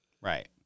Right